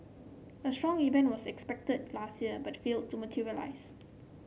a strong event was expected last year but failed to materialise